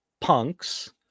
punks